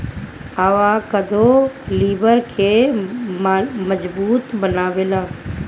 avocado लिबर के मजबूत बनावेला